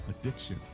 addiction